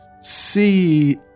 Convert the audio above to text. see